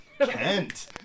Kent